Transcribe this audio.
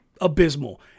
abysmal